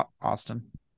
Austin